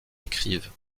écrivent